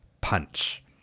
punch